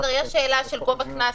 יש שאלה של גובה הקנס,